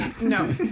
No